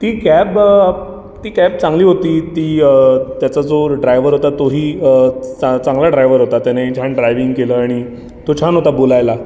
ती कॅब ती कॅब चांगली होती ती त्याचा जो ड्रायव्हर होता तोही चांग चांगला ड्रायव्हर होता त्याने छान ड्रायविंग केलं आणि तो छान होता बोलायला